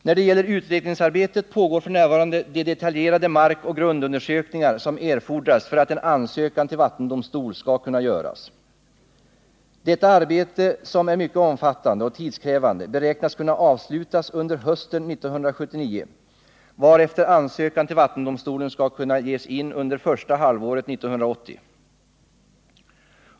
När det gäller utredningsarbetet pågår f.n. de detaljerade markoch grundundersökningar som erfordras för att en ansökan till vattendonmistol skall kunna göras. Detta arbete som är mycket omfattande och tidskrävande beräknas kunna avslutas under hösten 1979 varefter ansökan till vattendomstolen skulle kunna ges in under första halvåret 1980.